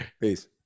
Peace